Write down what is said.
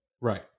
Right